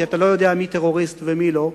כי אתה לא יודע מי טרוריסט ומי לא,